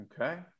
Okay